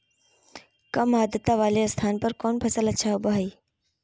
काम आद्रता वाले स्थान पर कौन फसल अच्छा होबो हाई?